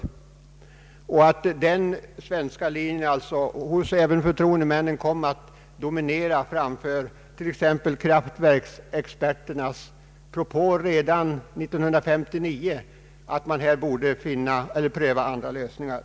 Jag förstår också att den svenska linjen även hos förtroendemännen kom att dominera framför t.ex. kraftverksföretagens propåer, framförda redan 1959, om att man borde pröva andra lösningar.